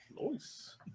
Nice